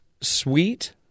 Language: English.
sweet